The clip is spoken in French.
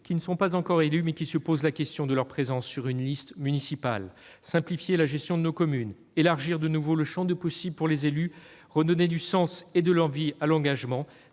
à celles, pas encore élues, qui se posent la question de leur présence sur une liste municipale. Simplifier la gestion de nos communes, élargir de nouveau le champ des possibles pour les élus, redonner du sens et de l'envie à l'engagement